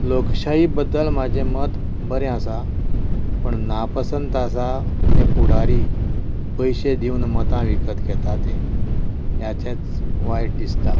लोकशाही बद्दल म्हाजें मत बरें आसा पण नापसंत आसा ते पुढारी पयशे दिवन मतां विकत घेता तें ह्याचेंच वायट दिसता